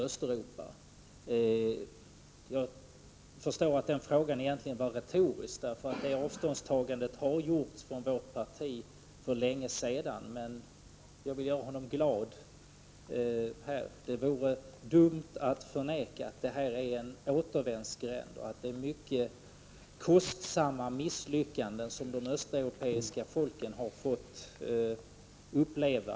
Jag förstår att den frågan egentligen var retorisk, för det avståndstagandet har gjorts av vårt parti för länge sedan. Men för att göra honom glad kan jag säga att det vore dumt att förneka att detta var en återvändsgränd och att det är mycket kostsamma misslyckanden som de östeuropeiska folken har fått uppleva.